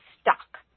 stuck